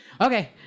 Okay